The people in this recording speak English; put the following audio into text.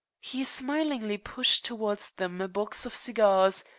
he smilingly pushed towards them a box of cigars,